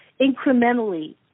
incrementally